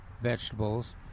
vegetables